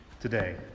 today